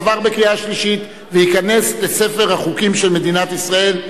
עברה בקריאה שלישית ותיכנס לספר החוקים של מדינת ישראל.